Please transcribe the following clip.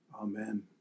Amen